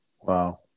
Wow